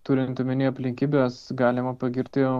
turint omenyje aplinkybes galima pagirti